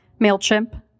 Mailchimp